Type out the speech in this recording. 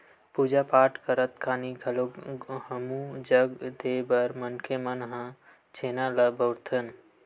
पूजा पाठ करत खानी घलोक हूम जग देय बर मनखे मन ह छेना ल बउरथे